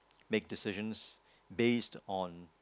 make decisions based on